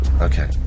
Okay